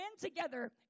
together